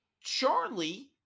Charlie